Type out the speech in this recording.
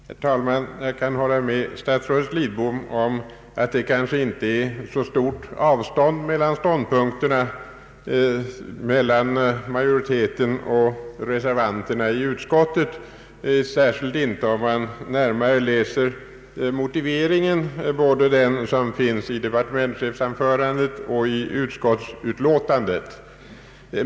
Herr talman! Jag kan hålla med statsrådet Lidbom om att det kanske inte föreligger så stor skillnad mellan majoritetens uppfattning och reservanternas uppfattning i utskottet, särskilt inte om man läser den motivering som finns både i «:departementschefsanförandet och i utskottsutlåtandet.